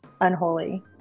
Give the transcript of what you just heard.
Unholy